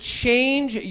change